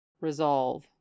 resolve